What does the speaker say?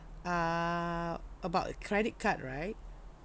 err about credit card right